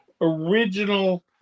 original